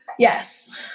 Yes